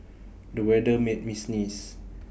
the weather made me sneeze